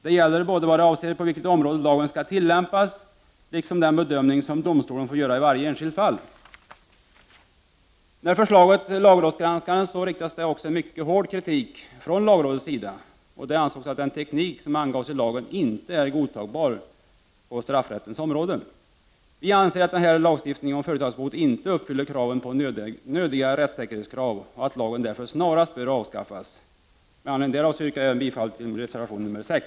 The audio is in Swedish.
Det gäller både vad avser på vilket område lagen skall tillämpas och den bedömning som domstolen får göra i varje enskilt fall. När förslaget lagrådsgranskades riktades en mycket hård kritik mot lagförslaget från lagrådets sida. Det ansågs att den teknik som angavs i lagen inte är godtagbar på straffrättens område. Vi anser att lagstiftningen om företagsbot inte uppfyller kraven på nödiga rättssäkerhetskrav och menar därför att lagen snarast bör avskaffas. Med anledning därav yrkar jag bifall till reservation 6.